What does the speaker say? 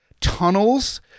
tunnels